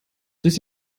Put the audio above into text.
durch